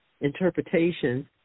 interpretations